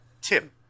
Tim